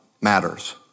matters